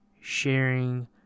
sharing